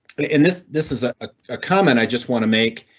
and and this this is a ah ah comment, i just want to make.